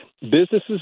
businesses